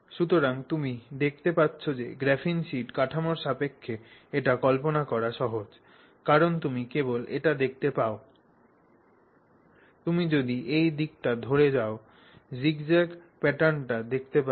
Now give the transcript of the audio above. সুতরাং তুমি দেখতে পাচ্ছ যে গ্রাফিন শীট কাঠামোর সাপেক্ষে এটি কল্পনা করা সহজ কারণ তুমি কেবল এটি দেখতে পাও তুমি যদি এই দিকটি ধরে যাও জিগজ্যাগ প্যাটার্নটি দেখতে পাবে